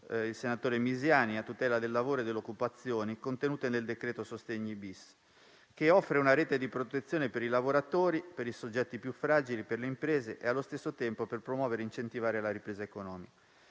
il senatore Misiani - a tutela del lavoro e delle occupazioni, contenute nel decreto sostegni-*bis*, che offre una rete di protezione per i lavoratori, per i soggetti più fragili e per le imprese e allo stesso tempo per promuovere e incentivare la ripresa economica.